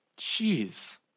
Jeez